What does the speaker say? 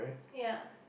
ya